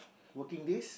working days